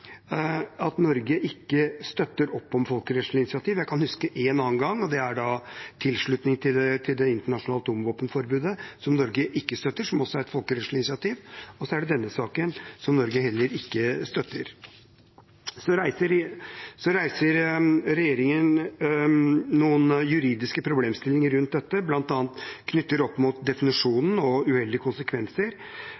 at Norge ikke støtter opp om folkerettslige initiativ. Jeg kan huske én annen gang, og det er tilslutning til det internasjonale atomvåpenforbudet, som Norge ikke støtter, som også er et folkerettslig initiativ. Så er det denne saken, som Norge heller ikke støtter. Regjeringen reiser noen juridiske problemstillinger rundt dette,